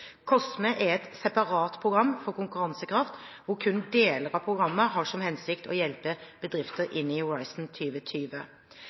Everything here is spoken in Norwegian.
er et separat program for konkurransekraft, hvor kun deler av programmet har som hensikt å hjelpe bedrifter